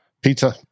Pizza